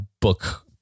Book